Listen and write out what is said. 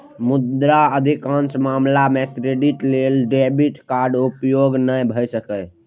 मुदा अधिकांश मामला मे क्रेडिट लेल डेबिट कार्डक उपयोग नै भए सकैए